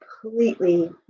completely